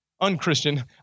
unchristian